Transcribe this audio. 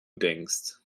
denkst